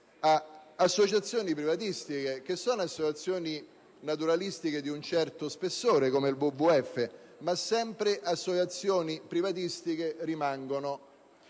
ad associazioni privatistiche, che sono associazioni naturalistiche di un certo spessore, come il WWF, ma sempre privatistiche rimangono: